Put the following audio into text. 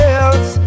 else